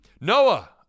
Noah